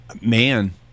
Man